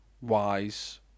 wise